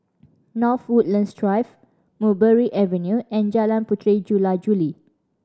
North Woodlands Drive Mulberry Avenue and Jalan Puteri Jula Juli